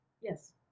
yes